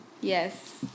Yes